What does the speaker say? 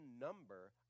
number